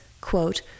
quote